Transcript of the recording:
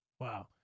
Wow